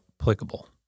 applicable